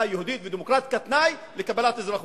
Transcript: יהודית ודמוקרטית כתנאי לקבלת האזרחות.